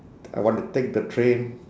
I want to take the train